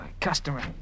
Customer